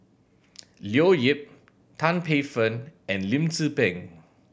Leo Yip Tan Paey Fern and Lim Tze Peng